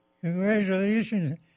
congratulations